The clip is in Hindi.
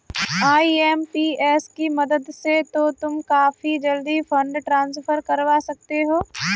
आई.एम.पी.एस की मदद से तो तुम काफी जल्दी फंड ट्रांसफर करवा सकते हो